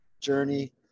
journey